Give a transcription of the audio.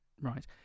Right